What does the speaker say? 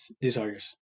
desires